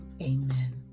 Amen